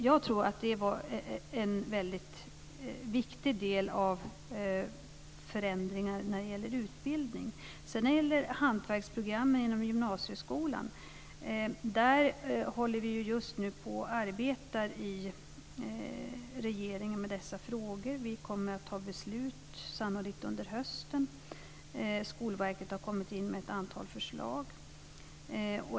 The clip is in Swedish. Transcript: Jag tror att detta var en viktig del av förändringarna när det gäller utbildning. Regeringen håller just nu på att arbeta med frågorna om hantverksprogrammen inom gymnasieskolan. Vi kommer sannolikt att fatta beslut under hösten. Skolverket har kommit in med ett antal förslag.